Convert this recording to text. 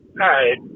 Hi